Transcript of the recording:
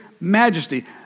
majesty